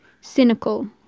cynical